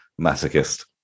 masochist